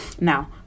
Now